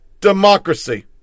democracy